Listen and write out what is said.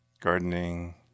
gardening